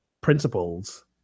principles